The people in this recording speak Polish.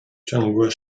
ciągłe